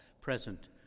present